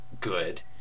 good